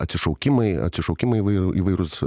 atsišaukimai atsišaukimai įvairūs